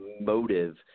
motive